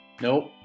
nope